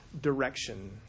direction